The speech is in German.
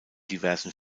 diversen